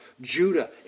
Judah